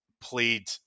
played